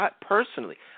personally